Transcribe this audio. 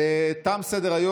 יפה.